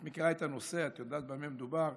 את מכירה את הנושא, את יודעת במה מדובר.